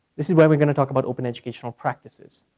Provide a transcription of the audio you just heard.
this where we're gonna talk about open educational practices.